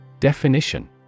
Definition